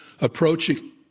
approaching